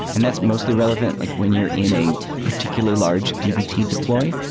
and that's mostly relevant like when you're in a particularly large dbt deploy.